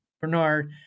Bernard